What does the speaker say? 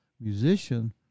musician